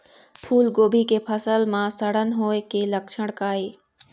फूलगोभी के फसल म सड़न होय के लक्षण का ये?